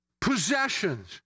possessions